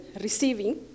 receiving